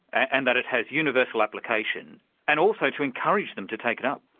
and that it has universal application and also to encourage them to take it up?